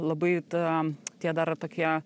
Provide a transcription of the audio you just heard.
labai ta tie dar tokie